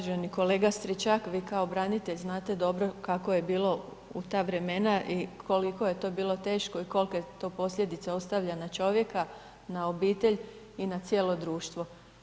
Uvaženi kolega Stričak, vi kao branitelj znate dobro kako je bilo u ta vremena i koliko je to bilo teško i kolike to posljedice ostavlja na čovjeka, na obitelj i na cijelo društvo.